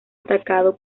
atacado